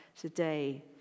today